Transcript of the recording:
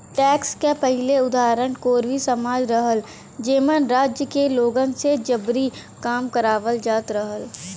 tax क पहिला उदाहरण कोरवी समाज रहल जेमन राज्य के लोगन से जबरी काम करावल जात रहल